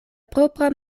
propra